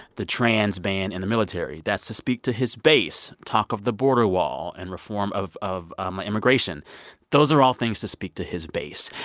the trans ban in the military that's to speak to his base. talk of the border wall and reform of of um ah immigration those are all things to speak to his base.